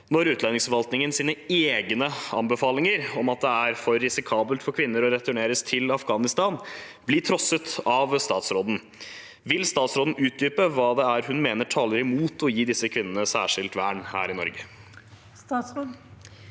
Når utlendingsforvaltningen sine egne anbefalinger om at det er for risikabelt for kvinner å returneres til Afghanistan blir trosset av statsråden, vil statsråden utdype hva det er hun mener taler imot å gi disse kvinnene vern her i Norge?»